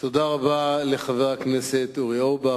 תודה רבה לחבר הכנסת אורי אורבך.